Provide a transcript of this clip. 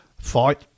Fight